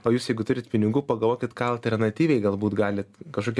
o jūs jeigu turit pinigų pagalvokit ką alternatyviai galbūt galit kažkokį